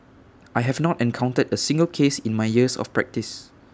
I have not encounter A single case in my years of practice